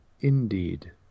indeed